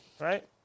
right